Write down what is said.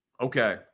Okay